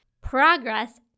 progress